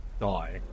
die